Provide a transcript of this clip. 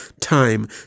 time